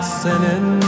sinning